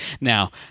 Now